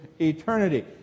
eternity